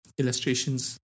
illustrations